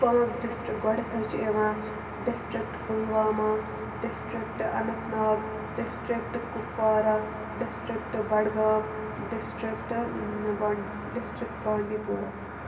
پانٛژھ ڈِسٹِرٛک گۄڈنیٚتھ حظ چھُ یِوان ڈِسٹِرٛکہٕ پَلواما ڈِسٹِرٛکہٕ اَننت ناگ ڈِسٹِرٛکہٕ کُپوارہ ڈِسٹِرٛکہٕ بَڈگام ڈِسٹِرٛکہٕ بانٛڈی ڈِسٹِرٛکہٕ بانڈی پوٗرا